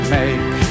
make